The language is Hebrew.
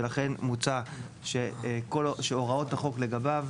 ולכן מוצע שהוראות החוק לגביו